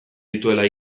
dituela